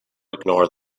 ignore